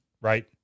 right